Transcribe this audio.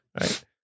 right